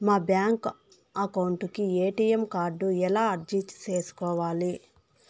మా bank account కు ATM card ఎలా అర్జీ సేసుకోవాలి?